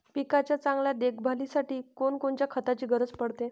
पिकाच्या चांगल्या देखभालीसाठी कोनकोनच्या खताची गरज पडते?